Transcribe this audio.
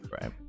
Right